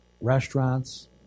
restaurants